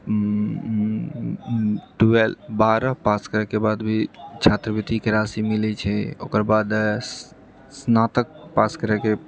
twelfth बारह pass करैके बाद भी छात्रवृत्तिके राशि मिलैत छै ओकर बाद स्नातक पास करैके